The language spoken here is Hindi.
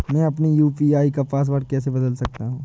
मैं अपने यू.पी.आई का पासवर्ड कैसे बदल सकता हूँ?